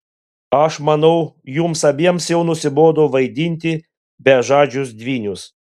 aš manau jums abiem jau nusibodo vaidinti bežadžius dvynius